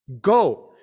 go